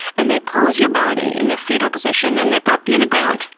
and they pose your body in the fetal position, then they pop ya in the ground,